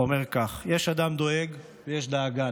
אומר כך: יש אדם דואג ויש דאגן,